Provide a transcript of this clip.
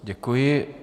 Děkuji.